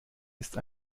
ist